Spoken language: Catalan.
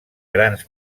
grans